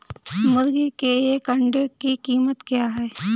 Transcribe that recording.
मुर्गी के एक अंडे की कीमत क्या है?